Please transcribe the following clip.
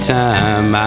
time